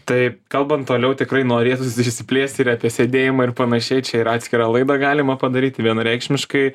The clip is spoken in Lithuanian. tai kalbant toliau tikrai norėtųsi išsiplėst ir apie sėdėjimą ir panašiai čia ir atskirą laidą galima padaryti vienareikšmiškai